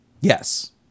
Yes